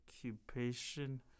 occupation